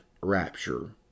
rapture